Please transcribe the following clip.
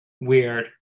weird